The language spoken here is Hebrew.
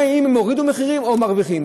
אם הן הורידו מחירים או שהן מרוויחות.